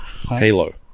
Halo